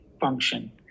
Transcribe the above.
function